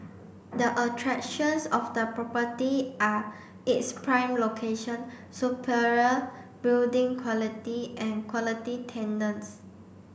the attractions of the property are its prime location superior building quality and quality tenants